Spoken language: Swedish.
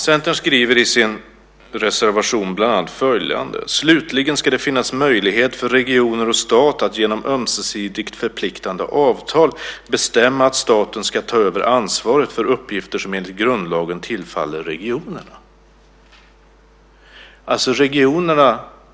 Centern skriver i sin reservation bland annat följande: Slutligen ska det finnas möjlighet för regioner och stat att genom ömsesidigt förpliktande avtal bestämma att staten ska ta över ansvaret för uppgifter som enligt grundlagen tillfaller regionerna.